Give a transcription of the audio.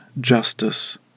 justice